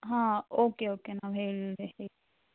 ಹಾಂ okay okay ನಾವು ಹೇಳಿ